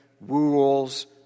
rules